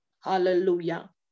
hallelujah